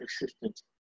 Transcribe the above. existence